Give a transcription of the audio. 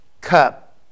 cup